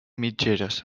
mitgeres